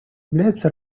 является